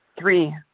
Three